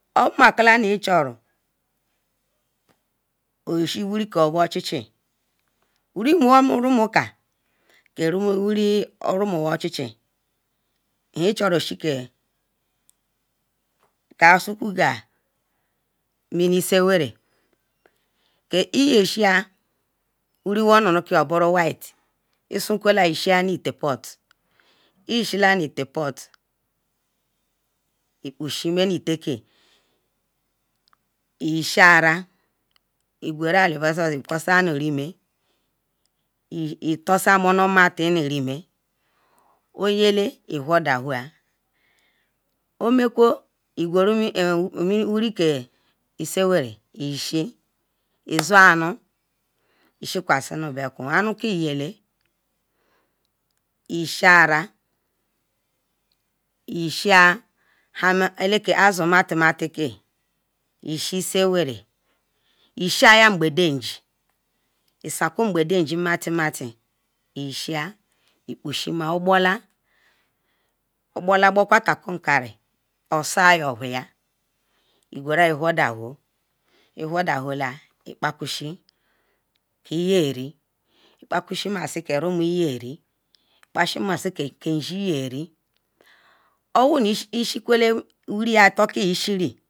obomakula i charu oshi wiri ko oquar chi chi wiri rumunka bal ichurushi ke ka sukugal mini iso werri ke yeshia obia nu white iyishila nu ital ot ikpo shima iyi shi aral itansan ali versa itansai monol matin oye i whor ela wa iguru mini wiri ke isinwa ral ishia izunu anu ishi kusi anu nu bakun anu kiyala iyoshi azun nde kemati atike ishi mgbe dage isakwu mgbege m mati mati iyishia ogbola oso yeweya osa wiya la iwhordan whordan wa ikpakusi ke rumoyin ye ri kpatusi ke iyari kpakusi ke ishi yeri oboru so ishikwe wiri otol ke ishiri